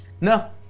No